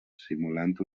simulant